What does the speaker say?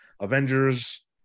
Avengers